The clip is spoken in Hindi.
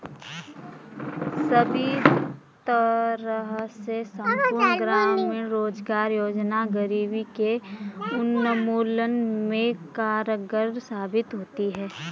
सभी तरह से संपूर्ण ग्रामीण रोजगार योजना गरीबी के उन्मूलन में कारगर साबित होती है